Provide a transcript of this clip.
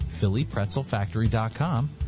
phillypretzelfactory.com